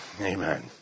Amen